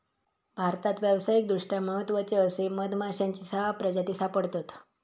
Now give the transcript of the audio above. भारतात व्यावसायिकदृष्ट्या महत्त्वाचे असे मधमाश्यांची सहा प्रजाती सापडतत